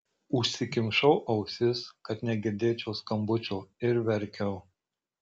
užsikimšau ausis kad negirdėčiau skambučio ir verkiau